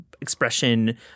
expression